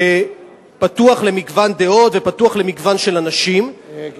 שפתוח למגוון דעות ופתוח למגוון של אנשים, ואכן,